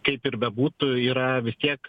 kaip ir bebūtų yra tiek